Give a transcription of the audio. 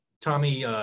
Tommy